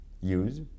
use